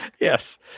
Yes